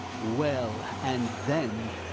well, and then!